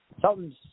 Something's